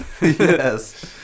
Yes